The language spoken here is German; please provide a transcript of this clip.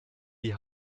die